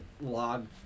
log